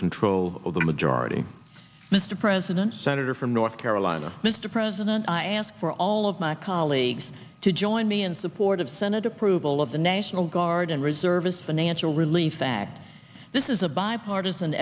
control of the majority mr president senator from north carolina mr president i ask for all of my colleagues to join me in support of senate approval of the national guard and reservists an angel relief that this is a by partisan